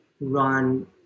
run